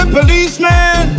Policeman